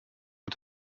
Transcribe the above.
und